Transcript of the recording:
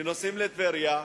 שנוסעים לטבריה,